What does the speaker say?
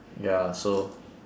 ya so